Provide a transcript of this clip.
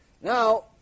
Now